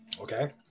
Okay